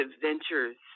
ventures